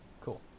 cool